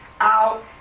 out